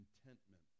contentment